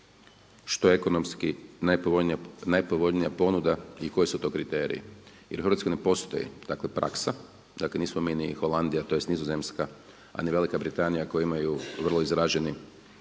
što je ekonomski najpovoljnija ponuda i koji su to kriteriji. Jer u Hrvatskoj ne postoji takva praksa, dakle nismo mi ni Holandija, tj. Nizozemska, a ni Velika Britanija koje imaju vrlo izraženi